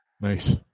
Nice